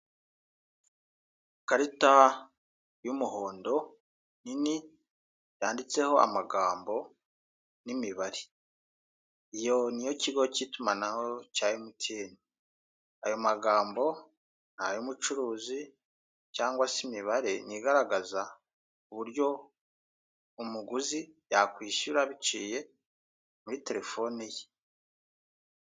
Ikarita y'umuhondo nini yanditseho amagambo n'imibare iyo ni iy'iyikigo cy'itumanaho cya mtn. Ayo magambo ni ay'umucuruzi cyangwa se imibare ni igaragaza uburyo umuguzi yakwishyura biciye muri terefone ye.